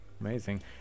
Amazing